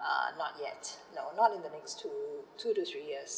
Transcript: uh not yet no not in the next two two to three years